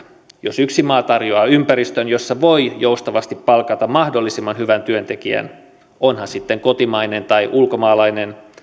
jos yksi maa tarjoaa ympäristön jossa voi joustavasti palkata mahdollisimman hyvän työntekijän on hän sitten kotimainen tai ulkomaalainen